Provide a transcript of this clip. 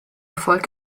erfolg